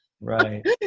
Right